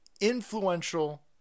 influential